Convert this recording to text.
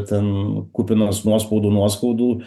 ten kupinas nuospaudų nuoskaudų